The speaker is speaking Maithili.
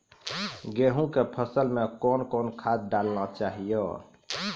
गेहूँ के फसल मे कौन कौन खाद डालने चाहिए?